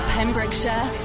Pembrokeshire